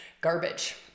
garbage